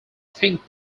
think